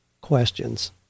questions